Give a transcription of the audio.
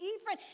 Ephraim